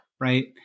right